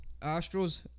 Astros